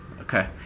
Okay